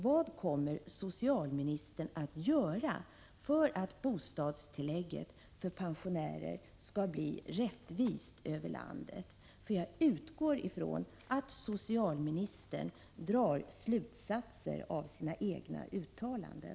Vad kommer socialministern att göra för att bostadstillägget för pensionärer skall bli rättvist inom hela landet? Jag utgår ifrån att socialministern drar slutsatser av sina egna uttalanden.